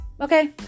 okay